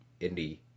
indie